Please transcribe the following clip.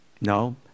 No